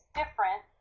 different